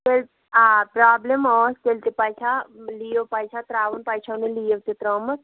تیٚلہِ آ پرابلِم ٲس تیٚلہِ تہِ پَزِ ہا لیٖو پَزِ ہا ترٛاوُن تۅہہِ چھَو نہٕ لیٖو تہِ ترٛٲومٕژ